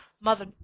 Mother